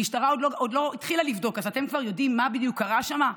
המשטרה עוד לא התחילה לבדוק אז אתם כבר יודעים מה בדיוק קרה שם?